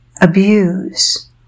abuse